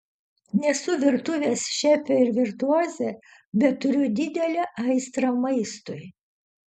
nesu virtuvės šefė ir virtuozė bet turiu didelę aistrą maistui